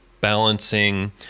balancing